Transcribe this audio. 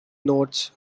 notes